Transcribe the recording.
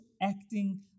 acting